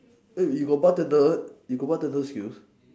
eh you got bartender you got bartender skills